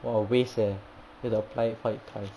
!wah! waste leh you got to apply for it twice